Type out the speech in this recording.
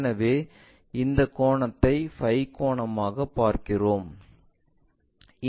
எனவே இந்தக் கோணத்தை பை கோணமாக பார்க்கிறோம்